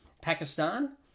Pakistan